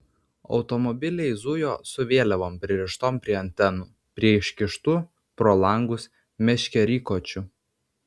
automobiliai zujo su vėliavom pririštom prie antenų prie iškištų pro langus meškerykočių